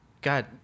god